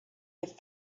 with